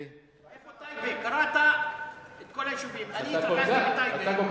סליחה, אדוני סגן השר, אם חבר